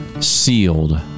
sealed